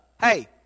hey